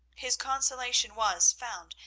his consolation was found,